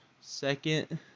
second